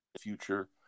future